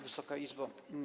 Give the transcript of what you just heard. Wysoka Izbo!